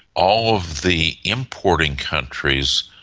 all of the importing countries,